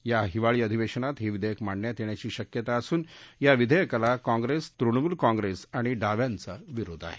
या हिवाळी अधिवेशनात हे विधेयक मांडण्यात येण्याची शक्यता असून या विधेयकाला काँप्रिस तृणमूल काँप्रिस आणि डाव्यांचा विरोध आहे